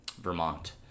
Vermont